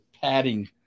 padding